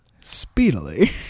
speedily